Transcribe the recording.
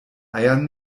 eiern